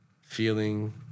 feeling